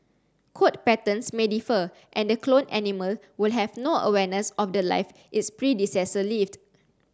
coat patterns may differ and the cloned animal will have no awareness of The Life its predecessor lived